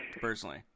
personally